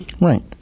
Right